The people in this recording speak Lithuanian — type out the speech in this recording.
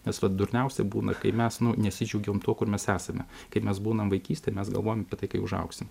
nes vat durniausia būna kai mes nu nesidžiaugiam tuo kur mes esame kai mes būnam vaikystėj mes galvojam apie tai kai užaugsim